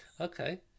Okay